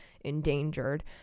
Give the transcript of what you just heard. endangered